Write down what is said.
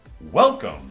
Welcome